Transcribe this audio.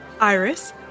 Iris